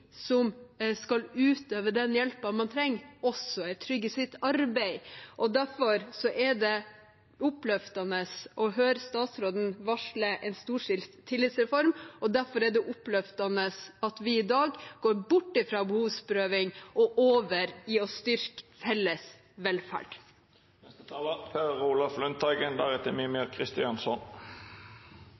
som skal utøve den hjelpen man trenger, også er trygge i sitt arbeid. Derfor er det oppløftende å høre statsråden varsle en storstilt tillitsreform, og derfor er det oppløftende at vi i dag går bort fra behovsprøving og over til å styrke felles